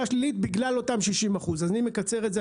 השלילית בגלל אותם 60%. אני מקצר את זה,